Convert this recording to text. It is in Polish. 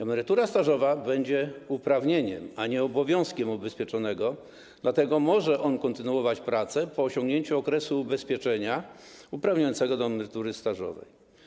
Emerytura stażowa będzie uprawnieniem, a nie obowiązkiem ubezpieczonego, dlatego może on kontynuować pracę po osiągnięciu okresu ubezpieczenia uprawniającego do emerytury stażowej.